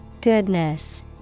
Goodness